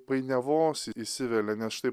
painiavos įsivelia nes štai